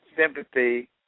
sympathy